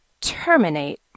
terminate